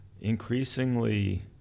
increasingly